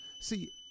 See